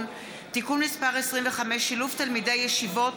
(תיקון מס' 26) (שילוב תלמידי ישיבות),